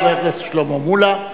חבר הכנסת שלמה מולה,